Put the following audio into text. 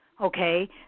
okay